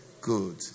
Good